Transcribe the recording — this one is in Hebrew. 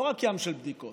לא רק ים של בדיקות